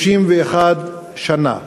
31 שנה.